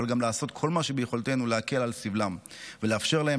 אבל גם לעשות כל מה שביכולתנו להקל על סבלם ולאפשר להם